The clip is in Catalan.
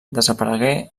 desaparegué